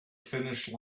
finish